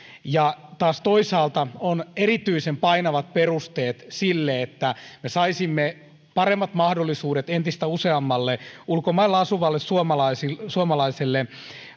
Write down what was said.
ja taas toisaalta on erityisen painavat perusteet sille että me saisimme paremmat mahdollisuudet entistä useammalle ulkomailla asuvalle suomalaiselle